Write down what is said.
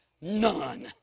none